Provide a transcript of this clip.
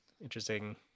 interesting